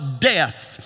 death